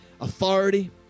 authority